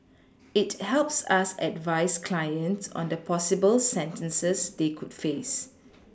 it helps us advise clients on the possible sentences they could face